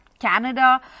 Canada